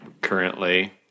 currently